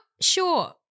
sure